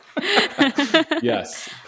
Yes